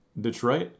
Detroit